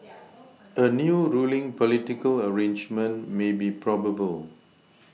a new ruling political arrangement may be probable